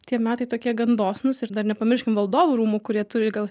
tie metai tokie gan dosnūs ir dar nepamirškim valdovų rūmų kurie turi gal